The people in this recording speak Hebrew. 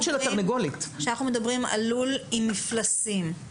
אנחנו מדברים על לול עם מפלסים.